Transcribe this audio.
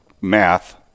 math